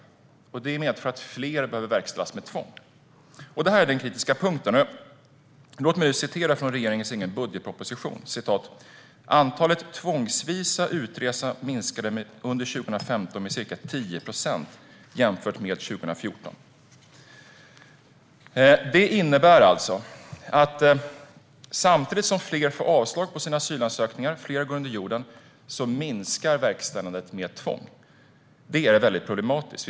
Detta medför att fler behöver verkställas med tvång. Det är den kritiska punkten. Låt mig citera ur regeringens egen budgetproposition: "Antalet tvångsvisa utresta minskade under 2015 med ca 10 procent jämfört med 2014". Detta innebär alltså att samtidigt som fler får avslag på sina asylansökningar och fler går under jorden minskar verkställandet med tvång. Detta är väldigt problematiskt.